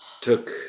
took